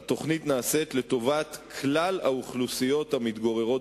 התוכנית נעשית לטובת כלל האוכלוסיות המתגוררות